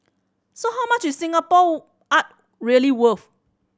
so how much is Singapore art really worth